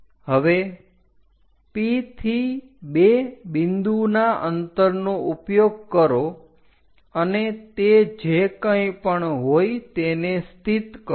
હવે P થી 2 બિંદુના અંતરનો ઉપયોગ કરો અને તે જે કંઇ પણ હોય તેને સ્થિત કરો